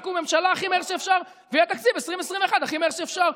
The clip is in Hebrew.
תקום ממשלה הכי מהר שאפשר ויהיה תקציב 2021 הכי מהר שאפשר.